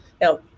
Now